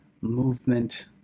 movement